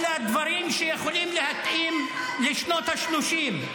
אלא דברים שיכולים להתאים לשנות השלושים.